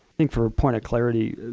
think for a point of clarity,